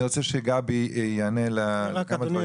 אני רוצה שגבי יענה לשאלות של חברת הכנסת מלקו.